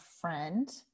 friend